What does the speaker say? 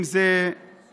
אם זה אלנבי,